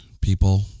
people